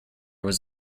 was